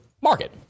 market